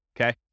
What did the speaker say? Okay